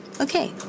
Okay